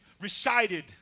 recited